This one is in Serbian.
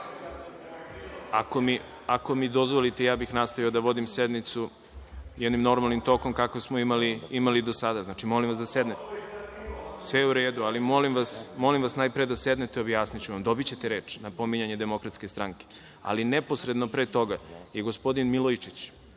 mi dozvolite ja bih nastavio da vodim sednicu jednim normalnim tokom kako smo imali do sada. Molim vas da sednete. Sve je u redu, ali molim vas najpre da sednete, objasniću vam, dobićete reč na pominjanje DS, ali neposredno pred toga je gospodin Milojičić